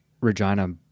Regina